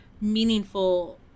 meaningful